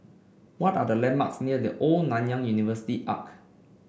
what are the landmarks near The Old Nanyang University Arch